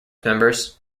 members